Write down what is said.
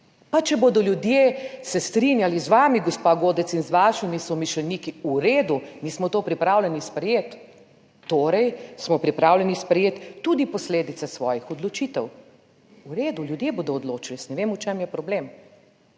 pa če bodo ljudje se strinjali z vami, gospa Godec in z vašimi somišljeniki, v redu, mi smo to pripravljeni sprejeti, torej smo pripravljeni sprejeti tudi posledice svojih odločitev. V redu, ljudje bodo odločili. Jaz ne vem v čem je problem,